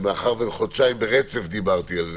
שמאחר שחודשיים ברצף דיברתי על זה,